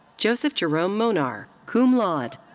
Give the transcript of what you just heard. joseph jerome monar, cum laude.